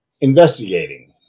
investigating